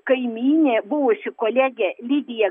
kaimynė buvusi kolegė lidija